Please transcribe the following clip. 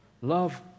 Love